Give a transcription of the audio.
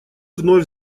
вновь